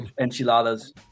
enchiladas